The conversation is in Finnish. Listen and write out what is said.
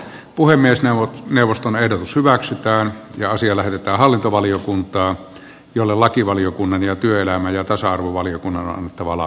puhemies eun neuvoston ehdotus hyväksytään ja asia lähetetään hallintovaliokuntaan jolle lakivaliokunnan ja työelämän ja tasa arvovaliokunnan on kavala